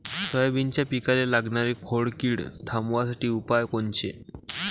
सोयाबीनच्या पिकाले लागनारी खोड किड थांबवासाठी उपाय कोनचे?